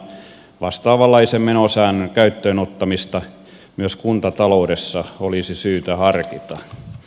vastaavanlaisen menosäännön käyttöön ottamista myös kuntataloudessa olisi syytä harkita